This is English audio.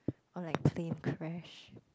or like plane crash